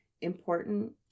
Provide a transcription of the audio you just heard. important